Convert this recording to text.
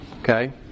Okay